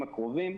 הקרובים.